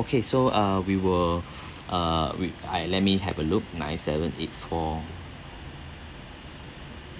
okay so uh we will uh we I let me have a look nine seven eight four